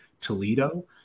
Toledo